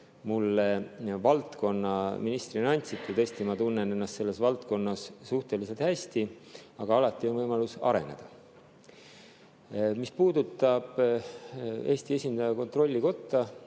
kui valdkonna ministrile andsite. Tõesti, ma tunnen ennast selles valdkonnas suhteliselt hästi, aga alati on võimalus areneda. Mis puudutab Eesti esindaja kontrollikotta